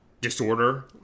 disorder